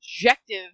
objective